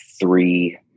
three